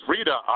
Rita